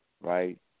Right